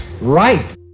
Right